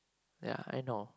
ya I know